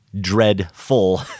dreadful